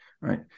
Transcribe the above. right